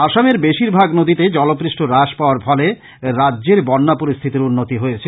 আসামের বেশীরভাগ নদীতে জলপৃষ্ট হ্রাস পাওয়ার ফলে রাজ্যের বন্য পরিস্থিতির উন্নতি হয়েছে